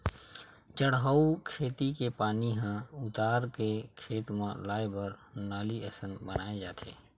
चड़हउ खेत के पानी ह उतारू के खेत म लाए बर नाली असन बनाए जाथे